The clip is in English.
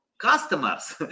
Customers